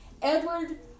Edward